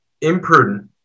imprudent